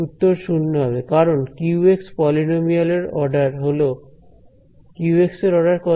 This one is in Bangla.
উত্তর শূন্য হবে কারণ q পলিনোমিয়াল এর অর্ডার হলো q এর অর্ডার কত